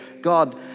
God